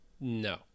no